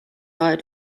are